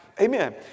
Amen